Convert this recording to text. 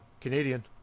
Canadian